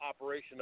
operation